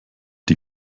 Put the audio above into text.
die